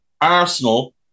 Arsenal